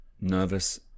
Nervous